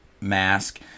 mask